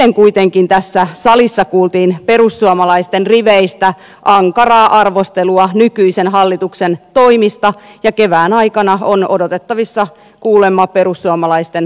eilen kuitenkin tässä salissa kuultiin pe russuomalaisten riveistä ankaraa arvostelua nykyisen hallituksen toimista ja kevään aikana on odotettavissa kuulemma perussuomalaisten vaihtoehtobudjetti